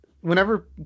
whenever